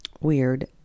weird